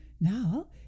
Now